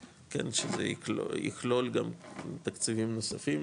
כן, שזה יכלול גם תקציבים נוספים,